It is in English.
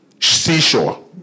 seashore